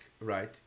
right